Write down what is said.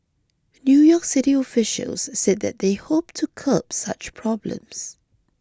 New York City officials said that they hoped to curb such problems